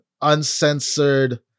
uncensored